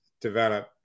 develop